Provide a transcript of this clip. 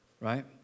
right